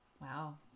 Wow